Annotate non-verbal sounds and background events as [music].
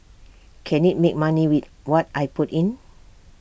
[noise] can IT make money with what I put in